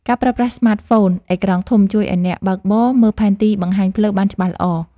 ការប្រើប្រាស់ស្មាតហ្វូនអេក្រង់ធំ ជួយឱ្យអ្នកបើកបរមើលផែនទីបង្ហាញផ្លូវបានច្បាស់ល្អ។